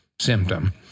symptom